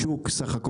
השוק הוא סה"כ,